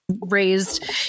raised